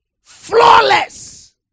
Flawless